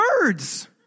birds